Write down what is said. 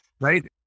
Right